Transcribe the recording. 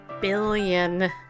billion